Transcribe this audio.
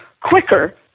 quicker